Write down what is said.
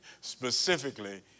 specifically